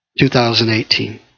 2018